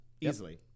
easily